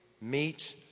meet